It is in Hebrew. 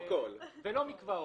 לא במקוואות.